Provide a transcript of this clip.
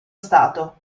stato